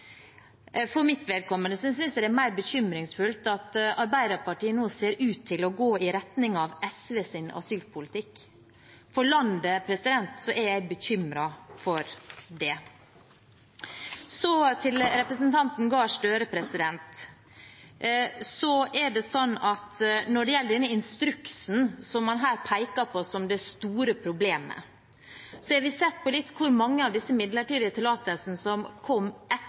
For mitt vedkommende synes jeg det er mer bekymringsfullt at Arbeiderpartiet nå ser ut til å gå i retning av SVs asylpolitikk. For landet er jeg bekymret for det. Så til representanten Gahr Støre: Når det gjelder den instruksen som man her peker på som det store problemet, har vi sett litt på hvor mange av de midlertidige tillatelsene som kom etter